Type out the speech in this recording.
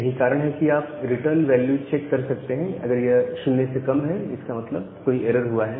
यही कारण है कि आप रिटर्न वैल्यू चेक कर सकते हैं अगर यह 0 से कम है तो इसका मतलब है कोई एरर हुआ है